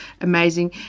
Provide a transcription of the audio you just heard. amazing